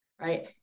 right